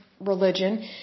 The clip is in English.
religion